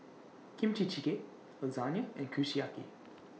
Kimchi Jjigae Lasagne and Kushiyaki